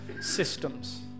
systems